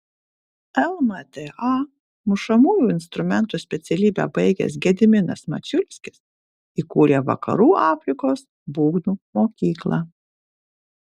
lmta mušamųjų instrumentų specialybę baigęs gediminas mačiulskis įkūrė vakarų afrikos būgnų mokyklą